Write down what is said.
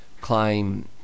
claim